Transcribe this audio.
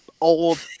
old